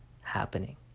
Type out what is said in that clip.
happening